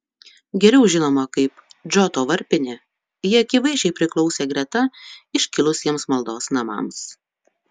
geriau žinoma kaip džoto varpinė ji akivaizdžiai priklausė greta iškilusiems maldos namams